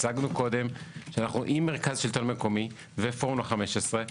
הצגנו קודם שאנחנו עם מרכז השלטון המקומי ופורום ה-15,